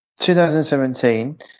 2017